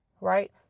right